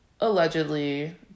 allegedly